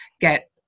get